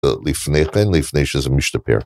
לפני כן, לפני שזה משתפר.